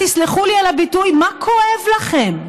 תסלחו לי על הביטוי, כואב לכם?